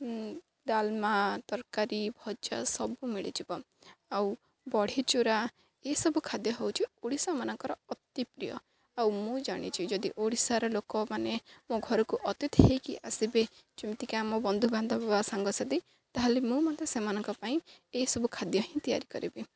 ଡାଲମା ତରକାରୀ ଭଜା ସବୁ ମିଳିଯିବ ଆଉ ବଢ଼ିଚୁରା ଏସବୁ ଖାଦ୍ୟ ହେଉଛି ଓଡ଼ିଶାମାନଙ୍କର ଅତି ପ୍ରିୟ ଆଉ ମୁଁ ଜାଣିଛି ଯଦି ଓଡ଼ିଶାର ଲୋକମାନେ ମୋ ଘରକୁ ଅତୀଥି ହେଇକରି ଆସିବେ ଯେମିତିକି ଆମ ବନ୍ଧୁବାନ୍ଧବ ସାଙ୍ଗସାଥି ତାହେଲେ ମୁଁ ମଧ୍ୟରେ ସେମାନଙ୍କ ପାଇଁ ଏସବୁ ଖାଦ୍ୟ ହିଁ ତିଆରି କରିବି